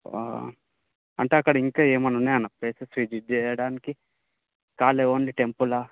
అంటే అక్కడ ఇంకా ఏమైనా ఉన్నాయా అన్న ప్లేసెస్ విజిట్ చేయడానికి ఖాళీ ఓన్లీ టెంపులా